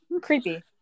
creepy